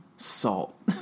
salt